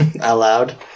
Aloud